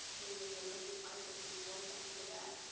any of the messy parts of the divorce after that.